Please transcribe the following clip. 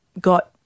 got